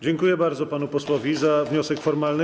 Dziękuję bardzo panu posłowi za wniosek formalny.